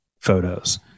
photos